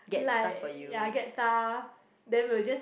like ya get stuff then will just